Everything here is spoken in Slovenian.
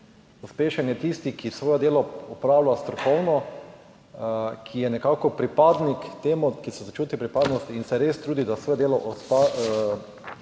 Uspešen je tisti, ki svoje delo opravlja strokovno, ki je nekako pripadnik temu, ki se za čuti pripadnost in se res trudi, da svoje delo